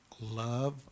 love